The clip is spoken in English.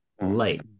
Light